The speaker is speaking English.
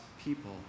people